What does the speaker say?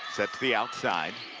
set to the outside.